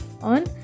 on